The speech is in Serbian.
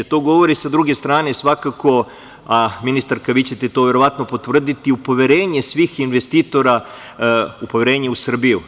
To govori, sa druge strane, svakako, ministarka, vi ćete to verovatno i potvrditi, o poverenju svih investitora u Srbiju.